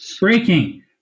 Breaking